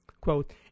quote